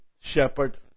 shepherd